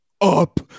Up